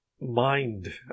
mind